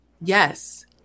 Yes